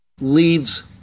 leaves